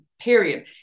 period